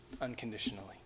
unconditionally